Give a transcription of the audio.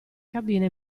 cabina